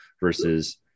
versus